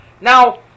Now